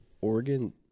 Oregon